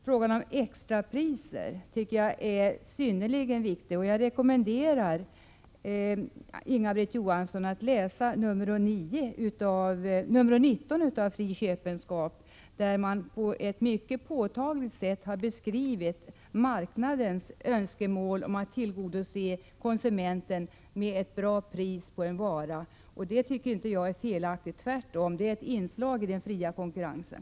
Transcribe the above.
Frågan om extrapriser är synnerligen viktig, och jag rekommenderar Inga-Britt Johansson att läsa nr 19 av Fri Köpenskap, där man på ett mycket påtagligt sätt har beskrivit marknadens önskemål om att tillgodose konsumenter med ett bra pris på en vara. Det tycker inte jag är fel. Tvärtom är det ett inslag i den fria konkurrensen.